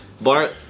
Bart